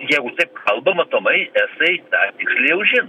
jeigu taip kalba matomai estai tą tiksliai užims